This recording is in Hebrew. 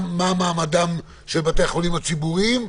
מה מעמדם של בתי החולים הציבוריים.